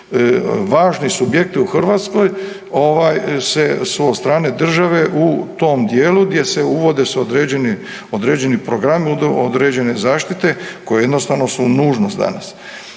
važni subjekti u Hrvatskoj su od strane države u tom dijelu gdje se uvode s određenim programima određene zaštite, koje jednostavno su nužnost danas.